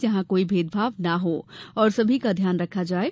जहां कोई भेदभाव ना हो और सभी का ध्यान रखा जाये